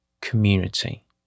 community